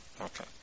Okay